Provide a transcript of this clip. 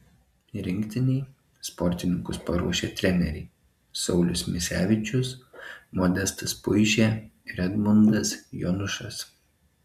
rinktinei sportininkus paruošė treneriai saulius misevičius modestas puišė ir edmundas jonušas